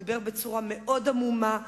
הוא דיבר בצורה מאוד עמומה.